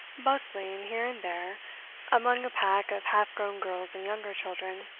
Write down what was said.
bustling here and there among a pack of half-grown girls and younger children,